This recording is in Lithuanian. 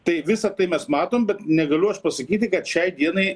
tai visa tai mes matom bet negaliu aš pasakyti kad šiai dienai